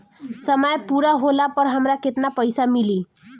समय पूरा होला पर हमरा केतना पइसा मिली?